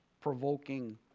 provoking